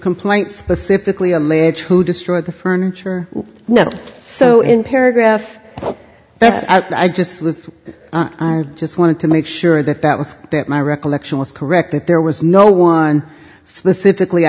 complaint specifically allege who destroyed the furniture so in paragraph that i just was just wanted to make sure that that was that my recollection was correct that there was no one specifically